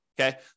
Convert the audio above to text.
okay